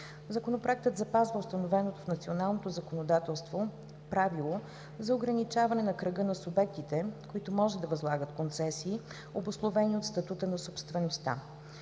Законопроектът запазва установеното в националното законодателство правило за ограничаване на кръга на субектите, които може да възлагат концесии, обусловени от статута на собствеността.